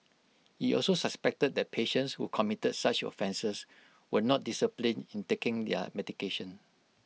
he also suspected that patients who committed such offences were not disciplined in taking their medication